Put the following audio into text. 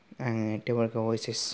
आङो देबरगाव एइचएस